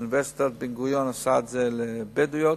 אוניברסיטת בן-גוריון עושה את זה לבדואיות,